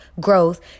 growth